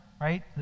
right